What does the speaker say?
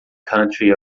country